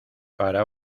para